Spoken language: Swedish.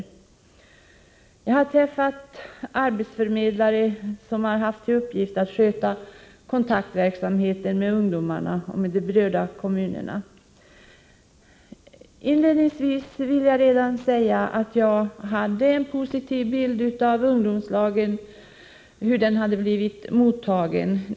Jag har då bl.a. träffat arbetsförmedlare som har haft till uppgift att sköta den kontaktverksamhet som riktar sig till ungdomarna och till de berörda kommunerna. Jag vill inledningsvis säga att jag redan tidigare hade en positiv bild av hur ungdomslagen hade mottagits.